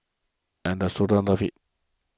and the students love it